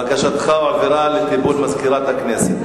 בקשתך הועברה לטיפול מזכירת הכנסת.